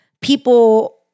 people